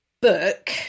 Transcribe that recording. book